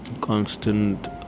Constant